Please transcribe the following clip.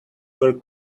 were